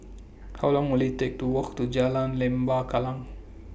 How Long Will IT Take to Walk to Jalan Lembah Kallang